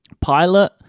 Pilot